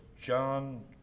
John